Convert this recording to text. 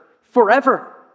forever